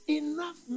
enough